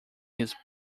his